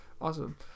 Awesome